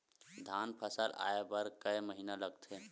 धान फसल आय बर कय महिना लगथे?